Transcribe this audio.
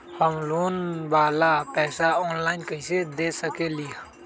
हम लोन वाला पैसा ऑनलाइन कईसे दे सकेलि ह?